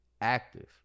active